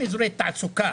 הם אזורי תעסוקה,